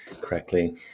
correctly